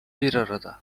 birarada